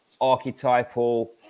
archetypal